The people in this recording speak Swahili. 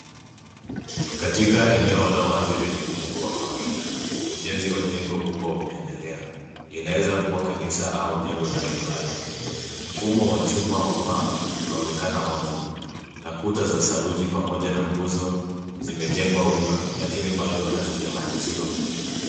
Katika eneo la uwazi lenye udongo wa kawaida, ujenzi wa jengo kubwa unaendelea. Linaweza kuwa kanisa au jengo la ibada. Mfumo wa chuma wa paa unaonekana wazi na kuta za saruji pamoja na nguzo zimejengwa wima lakini bado hazijamaliziwa,